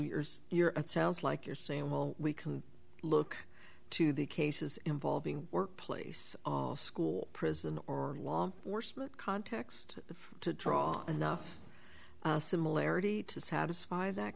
years you're at sounds like you're saying well we can look to the cases involving workplace school prison or law enforcement context to draw enough similarity to satisfy that